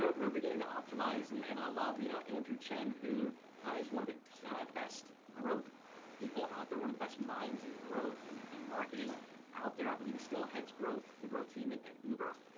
we're beginning to optimize and and i love you know andrew chen who is one of the best growth people out there, one of the best minds in growth and and marketing out there. i believe he still heads growth, the growth team and at uber.